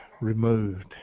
removed